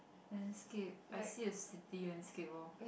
landscape I see a city landscape orh